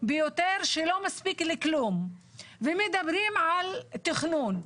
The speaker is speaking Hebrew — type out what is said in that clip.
ביותר שלא מספיק לכלום ומדברים על תכנון.